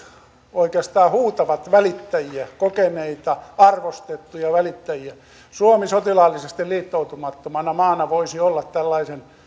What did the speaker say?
oikeastaan huutavat välittäjiä kokeneita arvostettuja välittäjiä suomi sotilaallisesti liittoutumattomana maana voisi olla tällainen